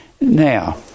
Now